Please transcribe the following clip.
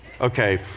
okay